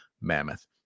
Mammoth